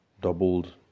doubled